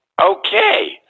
okay